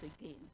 again